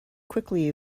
quickly